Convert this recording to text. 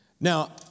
Now